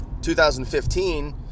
2015